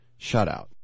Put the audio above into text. shutout